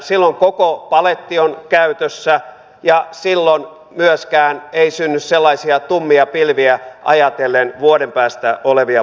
silloin koko paletti on käytössä ja silloin myöskään ei synny sellaisia tummia pilviä ajatellen vuoden päästä olevia palkkaratkaisuja